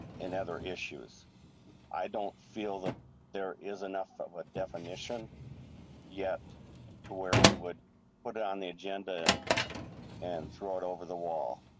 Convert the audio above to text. other issues i don't feel that there is enough of a definition yet to where we would put on the agenda. and and thrown over the wall.